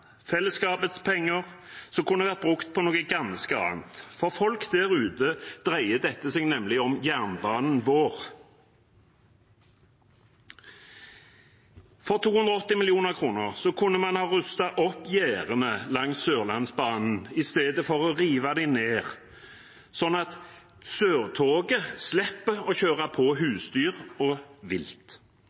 fellesskapets penger, som kunne vært brukt på noe ganske annet. For folk der ute dreier dette seg nemlig om jernbanen vår. For 280 mill. kr kunne man ha rustet opp gjerdene langs Sørlandsbanen i stedet for å rive dem ned, slik at Sørtoget slipper å kjøre på husdyr og vilt.